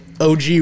OG